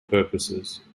purposes